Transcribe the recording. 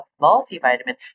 multivitamin